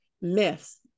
myths